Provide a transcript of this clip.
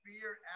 fear